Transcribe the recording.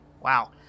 Wow